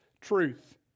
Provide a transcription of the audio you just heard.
truth